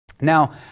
Now